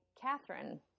Catherine